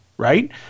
Right